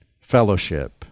fellowship